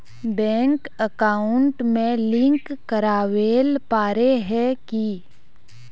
Bank account में link करावेल पारे है की?